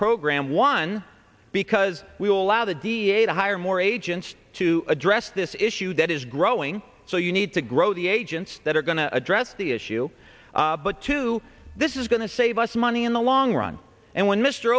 program one because we will allow the d a to hire more agents to address this issue that is growing so you need to grow the agents that are going to address the issue but two this is going to save us money in the long run and when mr